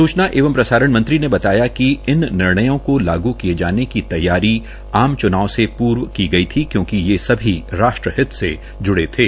सुचना एवं प्रसारण मंत्री ने बताया कि इन निर्णयों को लागू किये जाने के तैयारी आम चूनाव से पूर्व की गई थी क्योंकि ये सभी राष्ट्र हित से जुड़े थे